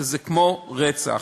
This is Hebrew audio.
שזה כמו רצח.